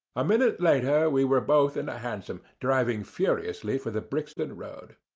a minute later we were both in a hansom, driving furiously for the brixton road.